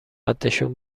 قدشون